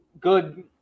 good